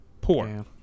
poor